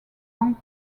long